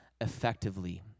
effectively